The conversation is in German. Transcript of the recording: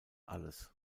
alles